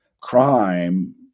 crime